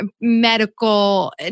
medical